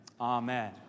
Amen